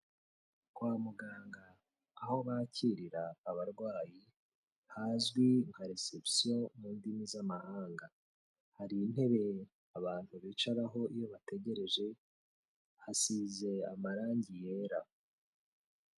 Kwa muganga aho bakirira abarwayi, hazwi nka resebusiyo mu ndimi z'amahanga. Hari intebe abantu bicaraho iyo bategereje, hasize amarangi yera.